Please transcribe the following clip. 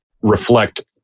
reflect